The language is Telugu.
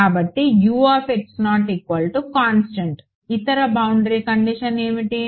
కాబట్టి ఇతర బౌండరీ కండిషన్ ఏమిటి